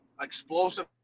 explosive